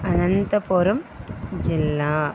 అనంతపురం జిల్లా